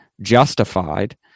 justified